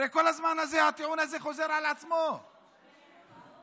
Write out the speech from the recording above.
הרי הטיעון הזה חוזר על עצמו כל הזמן.